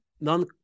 non